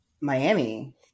Miami